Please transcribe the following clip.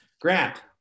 Grant